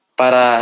para